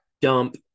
dump